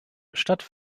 stadt